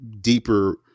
deeper